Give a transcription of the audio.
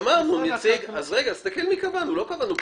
לא קבענו פקידים.